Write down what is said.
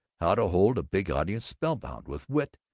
how to hold a big audience spellbound with wit,